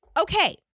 okay